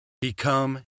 Become